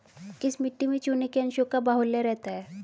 किस मिट्टी में चूने के अंशों का बाहुल्य रहता है?